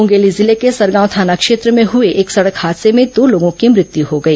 मुंगेली जिले के सरगांव थाना क्षेत्र में हुए एक सड़क हादसे में दो लोगों की मृत्यु हो गई